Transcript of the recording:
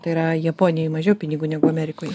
tai yra japonijoj mažiau pinigų negu amerikoj